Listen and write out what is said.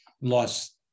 lost